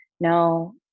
No